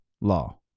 law